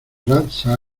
montserrat